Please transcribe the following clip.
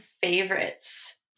favorites